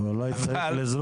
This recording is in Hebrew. אני הייתי ראש עיר